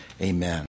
Amen